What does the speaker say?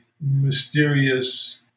mysterious